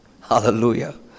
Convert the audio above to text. hallelujah